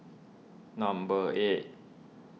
number eight